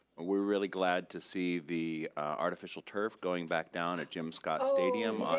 we're really glad to see the artificial turf going back down at jim scott stadium